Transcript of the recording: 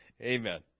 Amen